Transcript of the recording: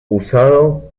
usado